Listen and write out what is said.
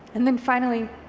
and then finally,